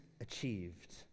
achieved